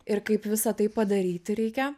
ir kaip visa tai padaryti reikia